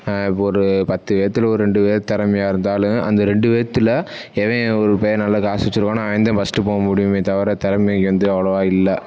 இப்போ ஒரு பத்து பேர்த்தில் ஒரு ரெண்டு பேர் திறமையா இருந்தாலும் அந்த ரெண்டு பேர்த்தில் எவன் ஒரு பைய நல்லா காசு வச்சிருக்கானோ அவன் தான் ஃபஸ்ட்டு போக முடியுமே தவிர திறமைக்கி வந்து அவ்வளோவா இல்லை